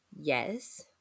Yes